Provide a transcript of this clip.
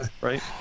Right